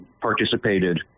participated